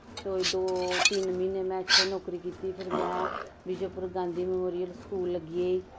कोई दो तिन्न म्हीने में उत्थें नौकरी कीती फिर में विजयपुर गांधी मैमोरियल स्कूल लग्गी गेई